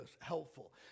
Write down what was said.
helpful